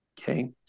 okay